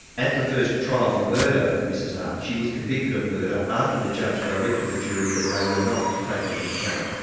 at the first trial for murder of mrs r, she was convicted of murder after the judge directed the jury that they were not to take into account,